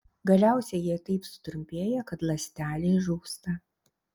galiausiai jie taip sutrumpėja kad ląstelė žūsta